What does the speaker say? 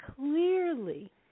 clearly